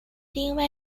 定位